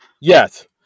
Yes